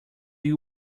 you